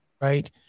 Right